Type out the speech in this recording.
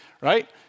right